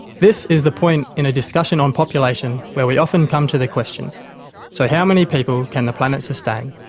this is the point in a discussion on population, where we often come to the question so, how many people can the planet sustain?